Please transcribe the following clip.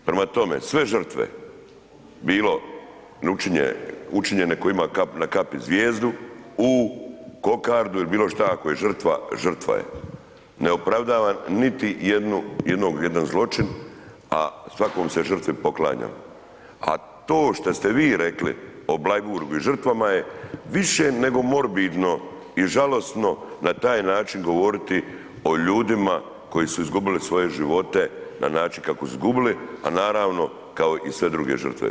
Prema tome, sve žrtve bilo učinjene tko je imao na kapi zvijezdu, U, kokardu ili bilo šta, ako je žrtva, žrtva je, ne opravdavam niti jedan zločin a svakoj se žrtvi poklanjam, a to šta ste vi rekli o Bleiburgu i žrtvama je više nego morbidno i žalosno na taj način govoriti o ljudima koji su izgubili svoje živote na način kako su izgubili a naravno kao i sve druge žrtve.